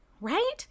right